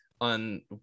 on